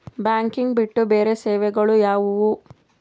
Banking ಬಿಟ್ಟು ಬೇರೆ ಸೇವೆಗಳು ಯಾವುವು?